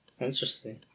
Interesting